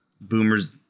boomers